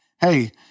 Hey